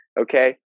Okay